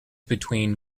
between